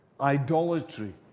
idolatry